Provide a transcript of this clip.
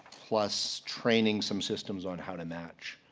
plus training some systems on how to match.